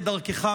כדרכך,